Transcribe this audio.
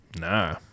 Nah